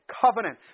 covenant